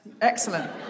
excellent